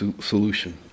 solution